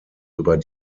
über